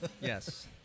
Yes